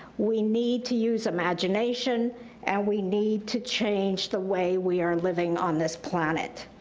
we need to use imagination and we need to change the way we are living on this planet.